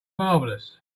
marvelous